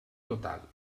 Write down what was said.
total